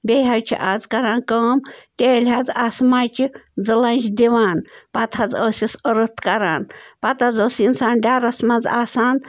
بیٚیہِ حظ چھِ آز کَران کٲم تیٚلہِ حظ آسہٕ مَچہِ زٕ لنٛجہِ دِوان پَتہٕ حظ ٲسِس أرٕتھ کَران پَتہٕ حظ اوس یہِ اِنسان گَرَس منٛز آسان